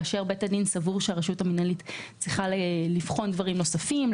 כאשר בית הדין סבור שהרשות המינהלית צריכה לבחון דברים נוספים,